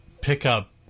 pickup